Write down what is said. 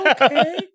okay